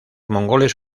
mongoles